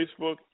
Facebook